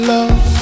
Love